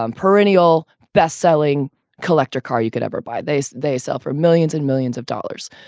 um perennial best selling collector car you could ever buy. they so they sell for millions and millions of dollars.